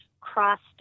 crossed